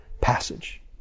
passage